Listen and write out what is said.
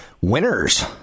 Winners